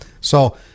So-